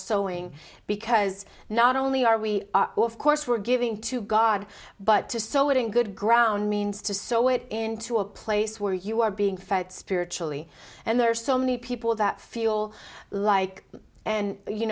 sowing because not only are we are of course we're giving to god but to sow it in good ground means to sow it into a place where you are being fed spiritually and there are so many people that feel like